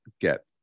get